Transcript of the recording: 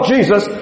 Jesus